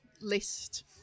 list